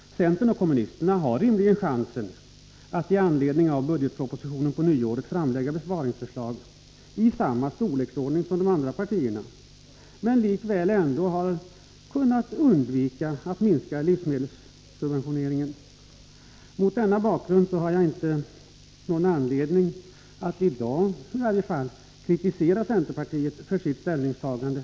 Centern och kommunisterna har rimligen chansen att med anledning av bugdetpropositionen på nyåret framlägga besparingsförslag i samma storleksordning som de andra partierna, där man ändå kunnat undvika att minska livsmedelssubventioneringen. Mot denna bakgrund har jag inte någon anledning att i varje fall i dag kritisera centerpartiet för sitt ställningstagande.